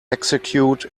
execute